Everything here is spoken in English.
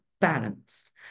balanced